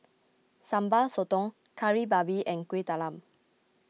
Sambal Sotong Kari Babi and Kuih Talam